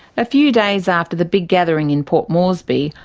a few days after the big gathering in port moresby,